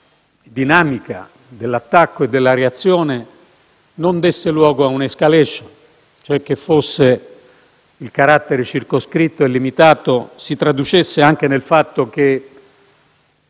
dinamica dell'attacco e della reazione non desse luogo ad *escalation*, e cioè che il carattere circoscritto e limitato si traducesse anche nel fatto che